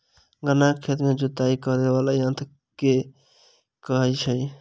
गन्ना केँ खेत केँ जुताई करै वला यंत्र केँ की कहय छै?